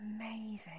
amazing